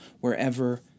wherever